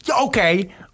Okay